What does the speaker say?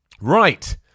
right